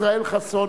ישראל חסון,